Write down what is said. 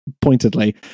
pointedly